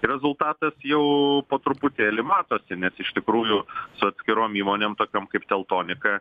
rezultatas jau po truputėlį matosi nes iš tikrųjų su atskirom įmonėm tokiam kaip teltonika